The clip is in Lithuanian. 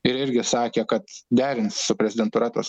ir irgi sakė kad derins su prezidentūra tas